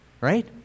Right